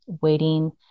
waiting